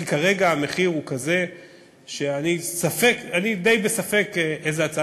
כי הרגע המחיר הוא כזה שאני די בספק איזו הצעה